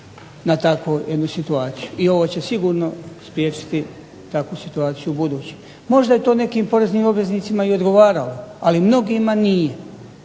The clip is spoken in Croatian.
na takvu jednu situaciju. I ovo će sigurno spriječiti takvu situaciju ubuduće. Možda je to nekim poreznim obveznicima i odgovaralo, ali mnogima nije.